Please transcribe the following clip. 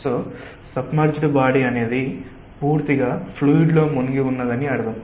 కాబట్టి submerged body అనేది పూర్తిగా ఫ్లూయిడ్ లో మునిగి ఉన్నదని అర్థం